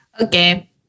Okay